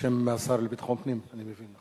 בשם השר לביטחון פנים, אני מבין.